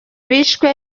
bishwe